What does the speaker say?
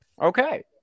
Okay